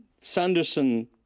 Sanderson